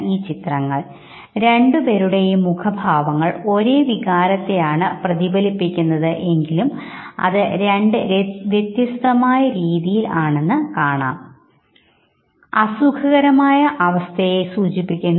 ഈ ചിത്രങ്ങൾ രണ്ടുപേരുടെയും മുഖഭാവങ്ങൾ ഒരേ വികാരത്തെയാണ് പ്രതിഫലിപ്പിക്കുന്നത് എങ്കിലും അത് രണ്ട് വ്യത്യസ്തരീതിയിൽ ആണെന്ന് കാണാം അസുഖകരമായ അവസ്ഥയെയാണ് ഈ ചിത്രങ്ങൾ സൂചിപ്പിക്കുന്നത്